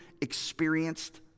experienced